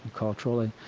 culturally.